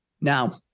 Now